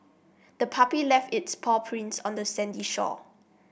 the puppy left its paw prints on the sandy shore